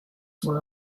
were